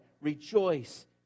rejoice